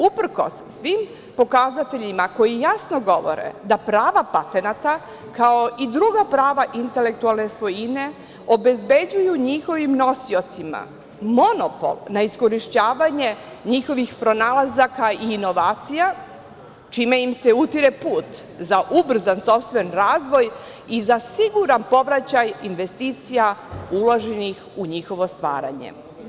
Uprkos svim pokazateljima koji jasno govore da prava patenata kao i druga prava intelektualne svojine obezbeđuju njihovim nosiocima monopol na iskorišćavanje njihovih pronalazaka i inovacija čine im se utire put za ubrzan sopstven razvoj i za siguran povraćaj investicija uloženih u njihovo stvaranje.